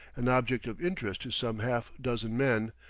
an object of interest to some half-dozen men,